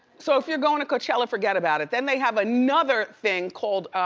so if you're going to coachella, forget about it. then they have another thing called